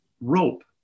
rope